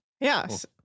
yes